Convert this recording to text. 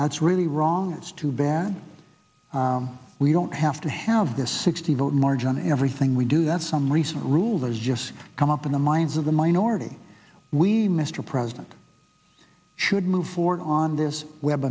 that's really wrong it's too bad we don't have to have the sixty vote margin everything we do have some recent rule is just come up in the minds of the minority we mr president should move forward on